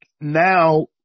Now